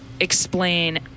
explain